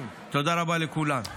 תודה רבה לכולם.